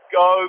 go